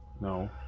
No